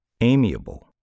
amiable